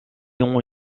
ont